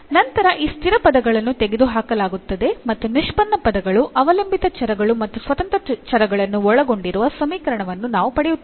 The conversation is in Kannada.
ನಂತರ ಈ ಸ್ಥಿರ ಪದಗಳನ್ನು ತೆಗೆದುಹಾಕಲಾಗುತ್ತದೆ ಮತ್ತು ನಿಷ್ಪನ್ನ ಪದಗಳು ಅವಲಂಬಿತ ಚರಗಳು ಮತ್ತು ಸ್ವತಂತ್ರ ಚರಗಳನ್ನು ಒಳಗೊಂಡಿರುವ ಸಮೀಕರಣವನ್ನು ನಾವು ಪಡೆಯುತ್ತೇವೆ